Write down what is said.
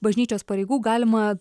bažnyčios pareigų galima